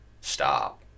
stop